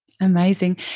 Amazing